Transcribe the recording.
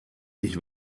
ich